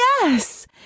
Yes